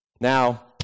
Now